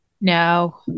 No